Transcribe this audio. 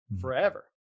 forever